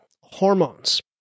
hormones